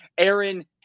Aaron